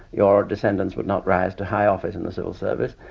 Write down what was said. your descendants would not rise to high office in the civil service.